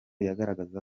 yagaragazaga